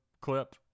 clip